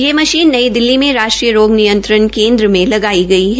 यह मशीन नई दिल्ली में राश्ट्रीरय रोग नियंत्रण केन्द्र एससीडीसी में लगाई गई है